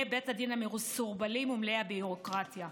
בית הדין המסורבלים ומלאי הביורוקרטיה?